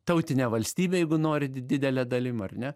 tautinę valstybę jeigu norit didele dalim ar ne